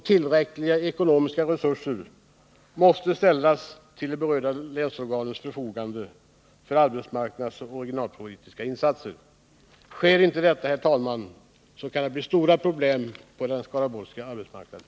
Tillräckliga ekonomiska resurser måste ställas till de berörda länsorganens förfogande för arbetsmarknadsoch regionalpolitiska insatser. Sker inte detta kan det, herr talman, bli stora problem på arbetsmarknaden i Skaraborg.